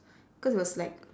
cause it was like